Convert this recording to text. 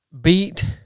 beat